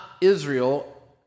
Israel